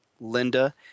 Linda –